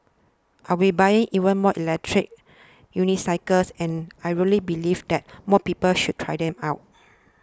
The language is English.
I will buying even more electric unicycles and I really believe that more people should try them out